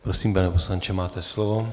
Prosím, pane poslanče, máte slovo.